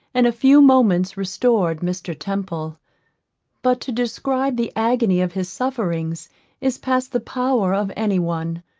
and a few moments restored mr. temple but to describe the agony of his sufferings is past the power of any one,